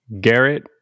Garrett